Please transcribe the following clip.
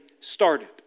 started